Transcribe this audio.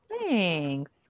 Thanks